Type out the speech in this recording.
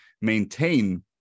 maintain